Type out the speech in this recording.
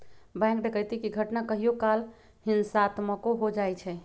bank डकैती के घटना कहियो काल हिंसात्मको हो जाइ छइ